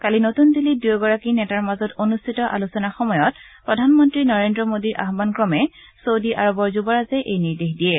কালিনতুন দিল্লীত দুয়োগৰাকী নেতাৰ মাজত অনুষ্ঠিত আলোচনাৰ সময়ত প্ৰধানমন্ত্ৰী নৰেন্দ্ৰ মোদীৰ আয়ন ক্ৰমে চৌদি আৰবৰ যুৱৰাজে এই নিৰ্দেশ দিয়ে